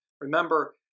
Remember